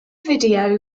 video